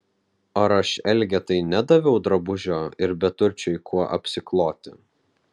ar aš elgetai nedaviau drabužio ir beturčiui kuo apsikloti